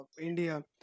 India